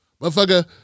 Motherfucker